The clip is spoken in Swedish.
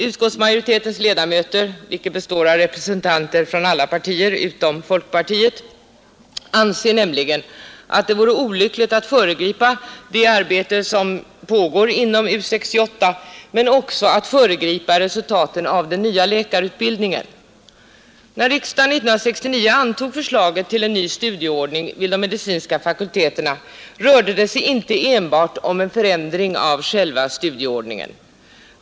Utskottsmajoriteten, som består av representanter för alla partier utom folkpartiet, anser nämligen att det vore olyckligt att föregripa dels det arbete som pågår inom U 68, dels resultatet av den nya läkarutbildningen. När riksdagen 1969 antog förslaget till en ny studieordning vid de medicinska fakulteterna rörde det sig inte enbart om en förändring av själva studieordningen.